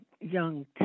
young